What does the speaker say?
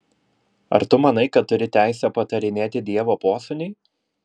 ar tu manai kad turi teisę patarinėti dievo posūniui